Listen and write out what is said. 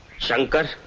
shanker,